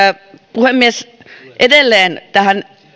puhemies edelleen tähän